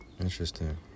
interesting